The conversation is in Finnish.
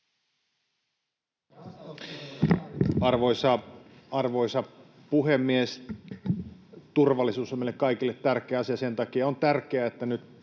Arvoisa puhemies! Turvallisuus on meille kaikille tärkeä asia. Sen takia on tärkeää, että nyt